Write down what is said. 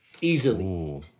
easily